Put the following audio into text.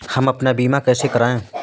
हम अपना बीमा कैसे कराए?